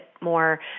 more